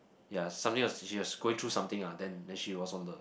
ya something was she was going through something lah then then she was on the